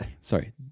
sorry